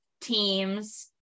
Teams